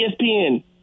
ESPN